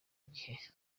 gihe